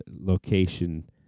location